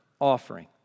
offering